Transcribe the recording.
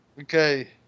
Okay